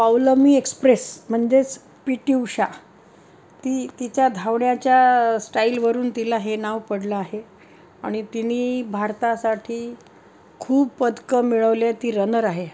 पावलमी express म्हणजेच P T Usha ती तिच्या धावण्याच्या स्टाईलवरून तिला हे नाव पडलं आहे आणि तिने भारतासाठी खूप पदकं मिळवले ती रनर आहे